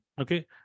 Okay